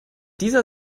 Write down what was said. dieser